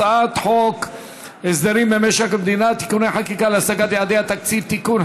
הצעת חוק הסדרים במשק המדינה (תיקוני חקיקה להשגת יעדי התקציב) (תיקון,